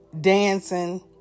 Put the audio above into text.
dancing